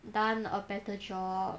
done a better job